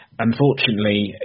Unfortunately